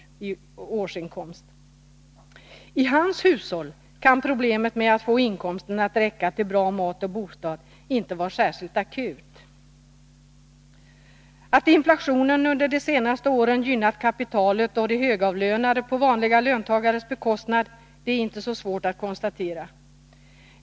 I hans hushåll kan problemet med att få inkomsten att räcka till bra mat och bostad inte vara särskilt akut. Att inflationen under de senaste åren gynnat kapitalet och de högavlönade på vanliga löntagares bekostnad är inte så svårt att konstatera.